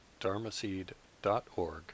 dharmaseed.org